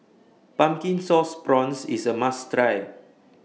Pumpkin Sauce Prawns IS A must Try